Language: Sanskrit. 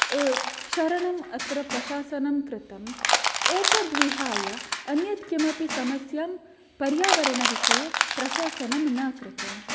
क्षरणम् अत्र प्रशासनं कृतम् एतद्विहाय अन्यत् किमपि समस्यां पर्यावरणविषये प्रशासनं न कृतम्